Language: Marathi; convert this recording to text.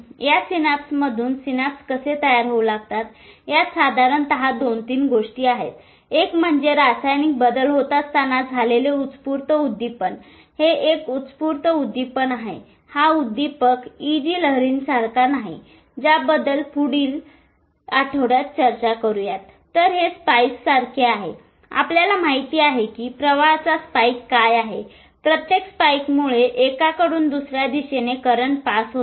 या सिनॅप्समधून सिनॅप्स कसे तयार होऊ लागतात यात साधारणतः 2 3 गोष्टी आहेत 1 म्हणजे रासायनिक बदल होत असताना झालेले उत्स्फूर्त उद्दिपण हे एक उत्स्फूर्त उद्दिपण आहे हा उद्दीपक EG लहरींसारखा नाही ज्याबद्दल पुढील आपण पुढील आठवड्यात चर्चा करूयात तर हे स्पाइक्ससारखे आहे आपल्याला माहित आहे की प्रवाहाचा स्पाइक काय आहे प्रत्येक स्पाइकमुळे एकाकडून दुसऱ्या दिशेने करंट पास होतो